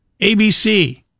ABC